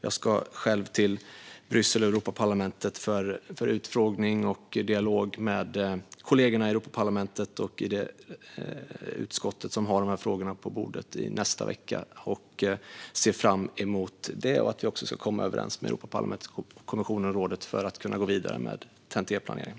Jag ska själv till Bryssel nästa vecka för utfrågning och dialog med kollegorna i Europaparlamentet och det utskott som har frågorna på bordet. Jag ser fram emot det och hoppas att vi ska komma överens med Europaparlamentet, kommissionen och rådet så att vi kan gå vidare med TEN-T-planeringen.